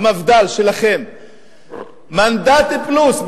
המפד"ל שלכם, מנדט פלוס.